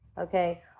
Okay